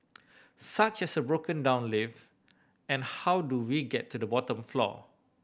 such as a broken down lift and how do we get to the bottom floor